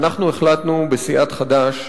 אנחנו החלטנו בסיעת חד"ש